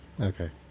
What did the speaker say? Okay